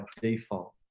default